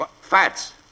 Fats